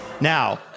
Now